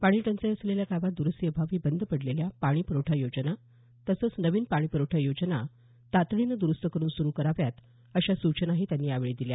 पाणी टंचाई असलेल्या गावात दरुस्तीअभावी बंद पडलेल्या पाणी पुरवठा योजना तसंच नवीन पाणी प्रवठा योजना तातडीनं दुरुस्त करुन सुरू कराव्यात अशा सूचनाही त्यांनी यावेळी दिल्या